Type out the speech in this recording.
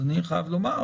אז אני חייב לומר: